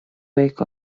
wake